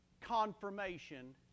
confirmation